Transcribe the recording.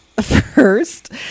first